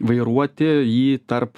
vairuoti jį tarp